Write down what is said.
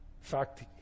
fact